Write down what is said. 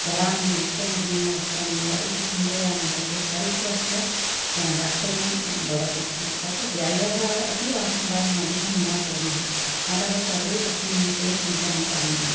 धरामि हस्तनिर्मीय वस्त्रमेव इति चिन्तयाम चेत् परिसरस्य रक्षणं भवति तत् व्यय अपि अहं वयं अधिकं न कुर्म अत सर्वे तस्मिन् विषये चिन्तनं करणीयम्